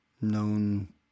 known